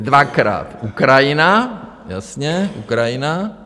Dvakrát Ukrajina, jasně, Ukrajina.